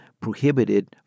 prohibited